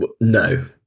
No